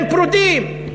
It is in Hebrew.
הם פרודים,